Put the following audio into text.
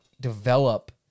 develop